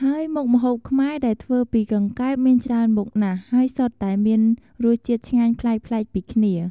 ហើយមុខម្ហូបខ្មែរដែលធ្វើពីកង្កែបមានច្រើនមុខណាស់ ហើយសុទ្ធតែមានរសជាតិឆ្ងាញ់ប្លែកៗពីគ្នា។